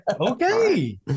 Okay